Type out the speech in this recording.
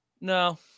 No